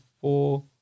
four